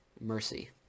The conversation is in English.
mercy